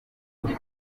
umubu